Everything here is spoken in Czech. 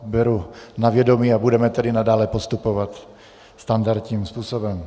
Beru na vědomí, budeme tedy nadále postupovat standardním způsobem.